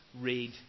read